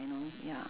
you know ya